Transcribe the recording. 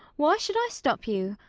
why should i stop you?